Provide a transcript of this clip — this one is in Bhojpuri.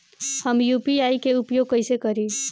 हम यू.पी.आई के उपयोग कइसे करी?